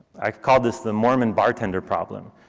i call this the mormon bartender problem,